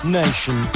nation